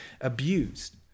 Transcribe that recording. abused